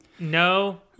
no